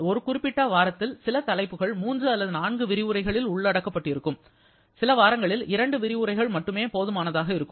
ஒரு குறிப்பிட்ட வாரத்தில் சில தலைப்புகள் 3 அல்லது 4 விரிவுரைகளில் உள்ளடக்கப்பட்டிருக்கும் வாரங்களில் இரண்டு விரிவுரைகள் மட்டுமே போதுமானதாக இருக்கும்